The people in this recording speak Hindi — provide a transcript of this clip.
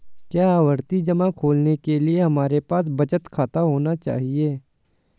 क्या आवर्ती जमा खोलने के लिए हमारे पास बचत खाता होना चाहिए?